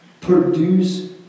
Produce